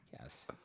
Yes